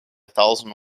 thousand